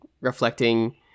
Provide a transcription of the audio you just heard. reflecting